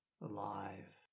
alive